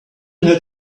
had